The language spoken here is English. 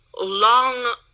long